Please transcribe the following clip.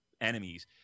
enemies